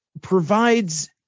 provides